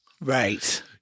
right